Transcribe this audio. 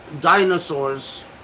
dinosaurs